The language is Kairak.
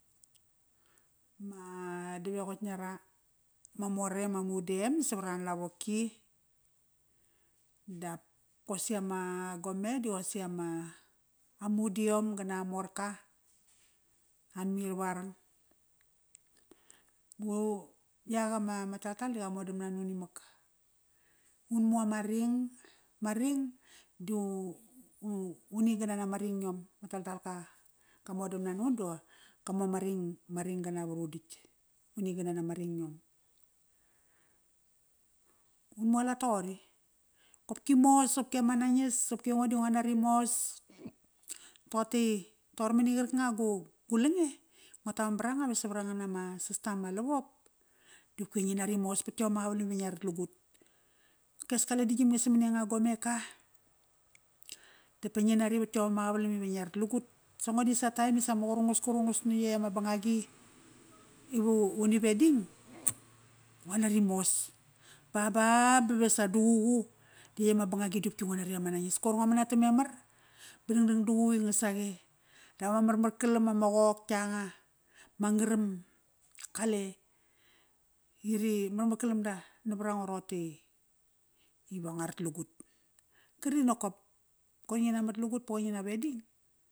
Ma davequtk nara. Ma more em amudem savaran lavoki. Dap qosi ama gome di qosi ama amudiom qana morka, an mir va rang. yak ama talatal di qa modamna nun, imak. Un mu ama ring, ma ring di u un iagana nama ring yom, talatal ka, qamodamna nun da qa mu ama ring, ma ring qana varunditk, unigana nama ring yom. Un mualat toqori. Qopki mos, qopki, ama nangis, qopki ngo di ngo nari mos. Toqote i, toqor mani qarkanga gu lange, ngo taman varanga va savarangan ama sasta ma lavop. Di qopki ve ngi nari mos vat iom ama qavalam i ngia rat lagut. Kias kale digamnge sarmani anga gorneka dapa ngi nari vat iom ama qavalam iva ngiarat lugut. Sango disa taem i qurungas, qurungas na ietk ama bangagi, ivuni wedding, ngo nari mos. Baba ba vesa duququ, di ietk ama bangagi dopki ngo nari ama nangis. Koir ngo manatam memar ba dangdang duququ i nga saqe. Dav ama marmarkalam ama gok yanga, ma ngram, qale, iri marmar kalam da navarango roqote iva ngua rat lagu. Kri nokop koir ngi na mat lugut ba qoir ngi na wedding.